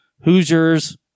Hoosiers